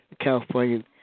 California